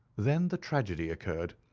then the tragedy occurred.